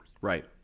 Right